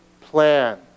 plan